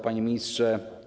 Panie Ministrze!